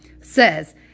says